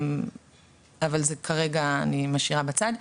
את זה כרגע אני משאירה בצד.